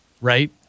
right